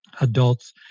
adults